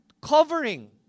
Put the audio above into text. covering